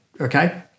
okay